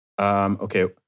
Okay